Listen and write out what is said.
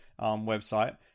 website